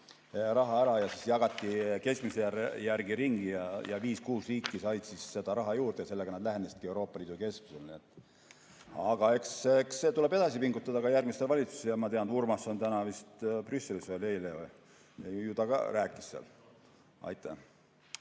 raha ära ja siis jagati keskmise järgi ringi ning viis-kuus riiki said raha juurde ja sellega nad lähenesidki Euroopa Liidu keskmisele. Aga eks tuleb edasi pingutada ka järgmisel valitsusel. Ma tean, et Urmas on täna Brüsselis, või oli eile, ja ju ta ka rääkis seal. Aitäh!